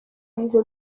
yahize